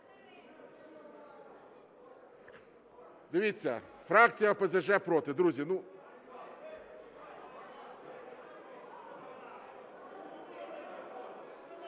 Дивіться, фракція ОПЗЖ проти. Друзі,